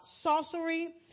sorcery